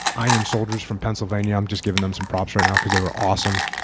iron soldiers from pennsylvania i'm just giving them some props right now because they were awesome.